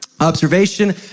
Observation